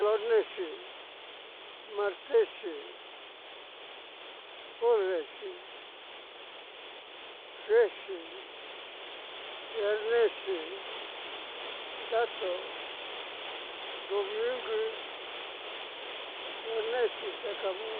Lonexi, martexi, colexi, juexi, nguiarnexi, sato, nrumungu, lonexi, se acabo.